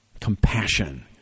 Compassion